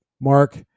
Mark